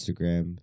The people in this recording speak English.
Instagram